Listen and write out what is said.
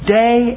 day